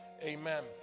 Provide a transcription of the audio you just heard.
Amen